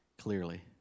clearly